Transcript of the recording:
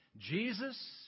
Jesus